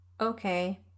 okay